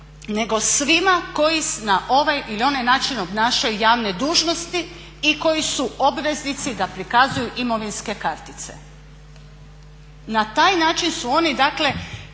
nego svima koji na ovaj ili onaj način obnašaju javne dužnosti i koji su obveznici da prikazuju imovinske kartice. Na taj način su oni, dakle